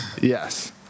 Yes